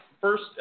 first